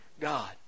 God